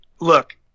look